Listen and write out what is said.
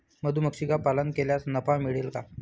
मधुमक्षिका पालन केल्यास नफा मिळेल का?